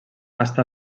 està